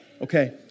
okay